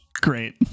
Great